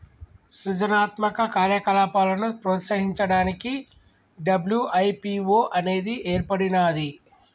సృజనాత్మక కార్యకలాపాలను ప్రోత్సహించడానికి డబ్ల్యూ.ఐ.పీ.వో అనేది ఏర్పడినాది